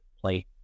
play